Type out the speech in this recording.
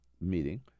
meeting